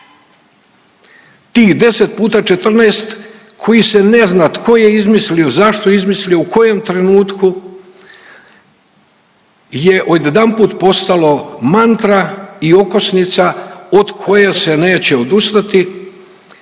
Tih 10 puta 14 koji se ne zna tko je izmislio, zašto je izmislio, u kojem trenutku je odjedanput postalo mantra i okosnica od koje se neće odustati